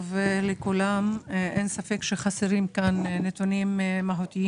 אין ספק שחסרים כאן נתונים מהותיים